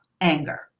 anger